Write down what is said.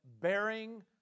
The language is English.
bearing